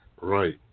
right